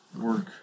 work